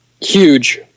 Huge